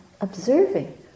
observing